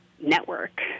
network